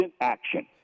action